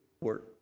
work